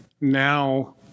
now